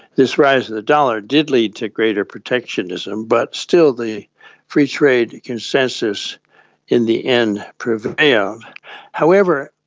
this rise of the dollar did lead to greater protectionism, but still the free-trade consensus in the end prevailed. however,